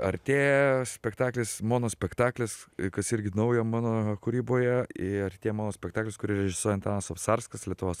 artėja spektaklis monospektaklis kas irgi naujo mano kūryboje ir artėja monospektaklis kurį režisuoja antanas obcarskas lietuvos